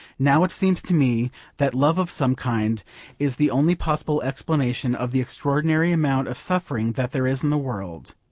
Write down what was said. now it seems to me that love of some kind is the only possible explanation of the extraordinary amount of suffering that there is in the world.